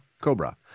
Cobra